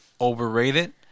overrated